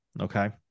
okay